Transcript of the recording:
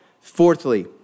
Fourthly